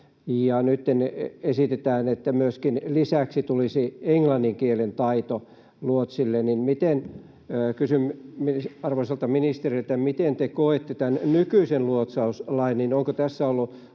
esitetään, että lisäksi tulisi myöskin englannin kielen taito luotsille. Kysyn arvoisalta ministeriltä: Miten te koette tämän nykyisen luotsauslain?